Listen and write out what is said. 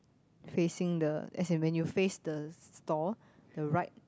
facing the as in when you face the stall the right